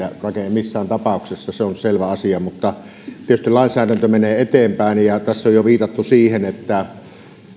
missään tapauksessa se on selvä asia mutta tietysti lainsäädäntö menee eteenpäin ja tässä on jo viitattu siihen että